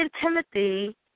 Timothy